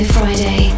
Friday